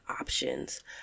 options